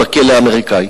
בכלא האמריקני.